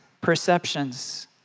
perceptions